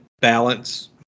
balance